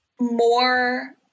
more